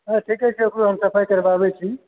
अच्छा ठीके छै हम सफाइ करबाबैत छी